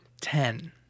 Ten